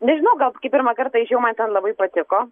nežinau gal kai pirmą kartą išejau man ten labai patiko